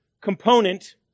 component